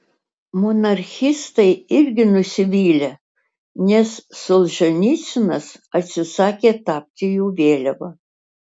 monarchistai irgi nusivylę nes solženicynas atsisakė tapti jų vėliava